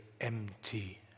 empty